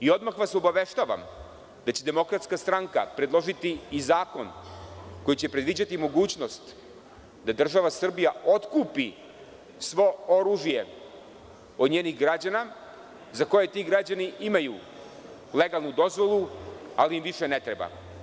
I odmah vas obaveštavam da će DS predložiti i zakon koji će predviđati mogućnost da država Srbija otkupi svo oružje od njenih građana, za koje ti građani imaju legalnu dozvolu, ali im više ne treba.